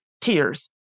tears